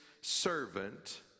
servant